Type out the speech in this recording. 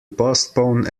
postpone